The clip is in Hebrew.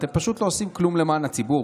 אתם פשוט לא עושים כלום למען הציבור,